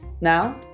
Now